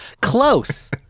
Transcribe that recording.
Close